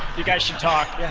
you guys should talk, yeah.